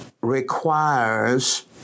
requires